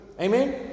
Amen